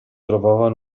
trovava